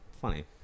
funny